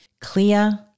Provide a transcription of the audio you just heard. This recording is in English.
clear